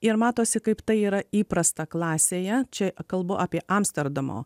ir matosi kaip tai yra įprasta klasėje čia kalbu apie amsterdamo